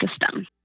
system